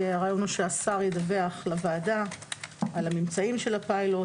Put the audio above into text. הרעיון הוא שהשר ידווח לוועדה על הממצאים של הפיילוט,